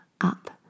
up